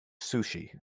sushi